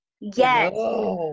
Yes